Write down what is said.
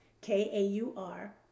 K-A-U-R